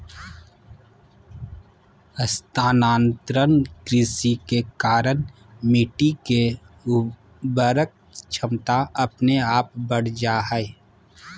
स्थानांतरण कृषि के कारण मिट्टी के उर्वरक क्षमता अपने आप बढ़ जा हय